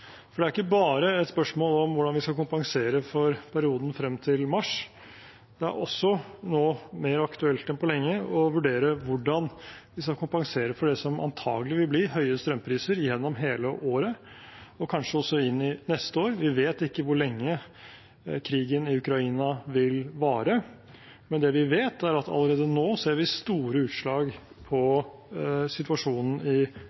Det er ikke bare et spørsmål om hvordan vi skal kompensere for perioden frem til mars, det er også nå mer aktuelt enn på lenge å vurdere hvordan vi skal kompensere for det som antagelig vil bli høye strømpriser gjennom hele året, og kanskje også inn i neste år. Vi vet ikke hvor lenge krigen i Ukraina vil vare, men det vi vet, er at vi allerede nå ser store utslag på situasjonen i